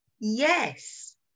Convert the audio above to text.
yes